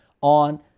on